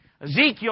Ezekiel